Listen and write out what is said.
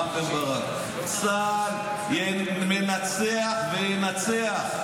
רם בן ברק: צה"ל מנצח וינצח.